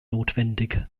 notwendig